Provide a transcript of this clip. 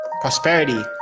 prosperity